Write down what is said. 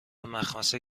مخمصه